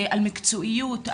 על מקצועיות,